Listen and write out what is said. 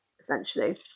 essentially